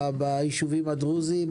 משם.